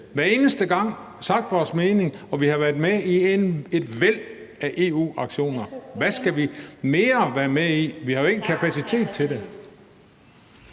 hver eneste gang sagt vores mening, og vi har været med i et væld af EU-aktioner. Hvad skal vi mere være med i? Vi har jo ikke kapacitet til det.